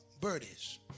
birdies